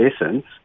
essence